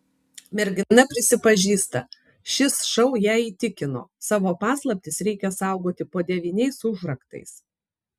mergina prisipažįsta šis šou ją įtikino savo paslaptis reikia saugoti po devyniais užraktais